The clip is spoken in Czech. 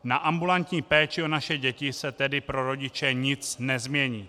Na ambulantní péči o naše děti se tedy pro rodiče nic nezmění.